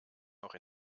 noch